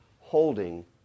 holding